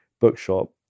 bookshop